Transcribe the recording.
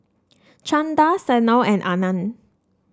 Chanda Sanal and Anand